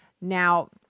Now